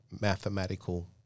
mathematical